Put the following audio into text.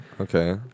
Okay